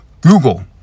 Google